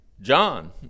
John